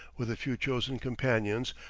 with a few chosen companions,